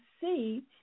see